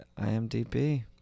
IMDb